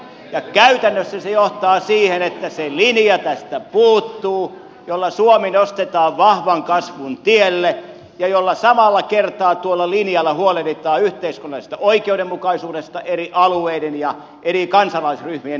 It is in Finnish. ja käytännössä se johtaa siihen että se linja tästä puuttuu jolla suomi nostetaan vahvan kasvun tielle ja jolla samalla kertaa tuolla linjalla huolehditaan eri alueiden ja eri kansalaisryhmien yhteiskunnallisesta oikeudenmukaisuudesta